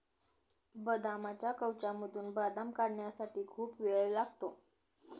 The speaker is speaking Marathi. बदामाच्या कवचामधून बदाम काढण्यासाठी खूप वेळ लागतो